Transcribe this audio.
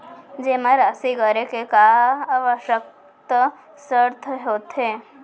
जेमा राशि करे के का आवश्यक शर्त होथे?